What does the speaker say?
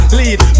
lead